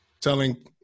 telling